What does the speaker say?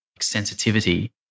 sensitivity